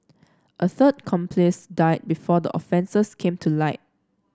a third accomplice died before the offences came to light